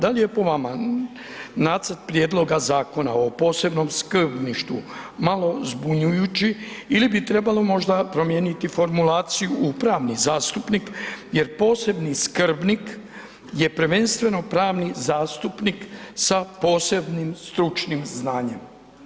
Da li je po vama Nacrt prijedloga zakona o posebnom skrbništvu malo zbunjujući ili bi trebalo možda promijeniti formulaciju u pravni zastupnik jer posebni skrbnik je prvenstveno pravni zastupnik sa posebnim stručnim znanjem?